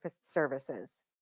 services